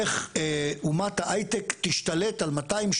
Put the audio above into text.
איך אומת ההייטק תשתלט על 200,